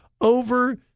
Over